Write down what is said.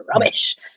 rubbish